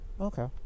Okay